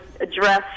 address